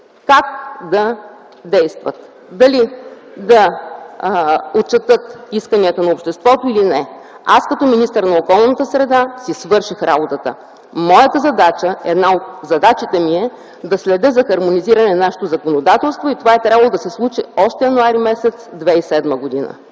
как да действат – дали да отчетат исканията на обществото или не. Аз, като министър на околната среда, си свърших работата. Една от задачите ми е да следя за хармонизиране на нашето законодателство и това е трябвало да се свърши още януари месец 2007 г.